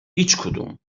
هیچدوم